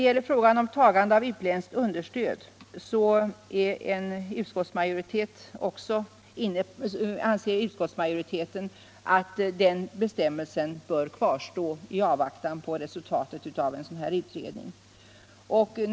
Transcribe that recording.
Utskottsmajoriteten anser att bestämmelsen om tagande av utländskt understöd bör kvarstå i avvaktan på resultatet av den nämnda utredningen.